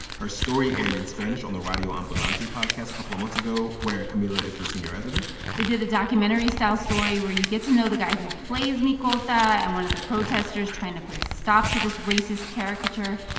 her story aired in spanish on the radio ambulante podcast a couple of months ago, where camila is the senior editor they did a documentary-style story where you get to know the guy who plays micolta and one of the protesters trying to put a stop to this racist caricature.